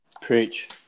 preach